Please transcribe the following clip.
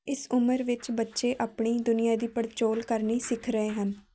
ਇਸ ਉਮਰ ਵਿੱਚ ਬੱਚੇ ਆਪਣੀ ਦੁਨੀਆਂ ਦੀ ਪੜਚੋਲ ਕਰਨੀ ਸਿੱਖ ਰਹੇ ਹਨ